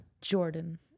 Jordan